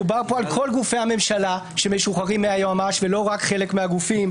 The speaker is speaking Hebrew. מדובר פה על כל גופי הממשלה שמשוחררים מהיועמ"ש ולא רק חלק מהגופים,